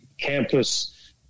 campus